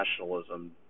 nationalism